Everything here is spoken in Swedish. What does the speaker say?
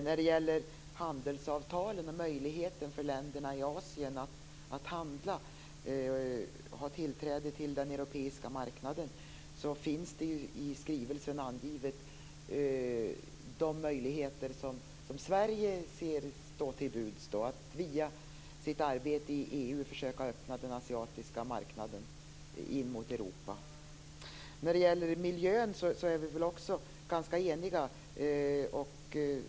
När det gäller handelsavtalen och möjligheterna för länderna i Asien att ha tillträde till den europeiska marknaden finns det ju i skrivelsen angivet de möjligheter som Sverige ser står till buds, att via sitt arbete i EU försöka öppna den asiatiska marknaden mot Europa. När det gäller miljön är vi väl också ganska eniga.